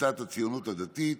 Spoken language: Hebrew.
קבוצת סיעת הציונות הדתית,